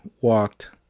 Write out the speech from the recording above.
walked